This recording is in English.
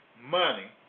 Money